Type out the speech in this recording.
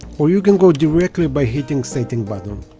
or you can go directly by hitting sating button